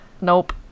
nope